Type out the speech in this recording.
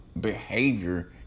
behavior